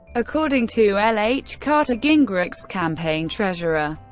according to l. h. carter, gingrich's campaign treasurer,